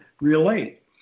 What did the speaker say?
relate